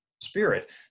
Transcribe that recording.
spirit